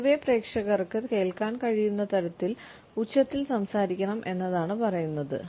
പൊതുവേ പ്രേക്ഷകർക്ക് കേൾക്കാൻ കഴിയുന്ന തരത്തിൽ ഉച്ചത്തിൽ സംസാരിക്കണം എന്നതാണ് പറയുന്നത്